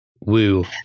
Woo